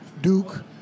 Duke